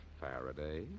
Faraday